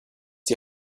die